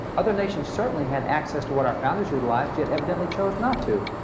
other nations certainly had access to what our founders utilized, yet evidently chose not to.